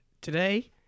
Today